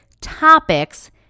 topics